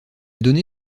donné